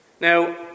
Now